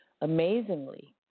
Amazingly